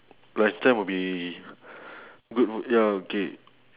lunch time will be good f~ ya okay